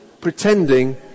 pretending